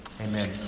Amen